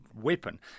weapon